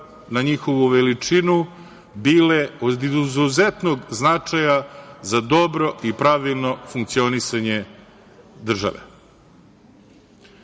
na njihovu veličinu, bile od izuzetnog značaja za dobro i pravilno funkcionisanje